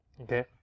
okay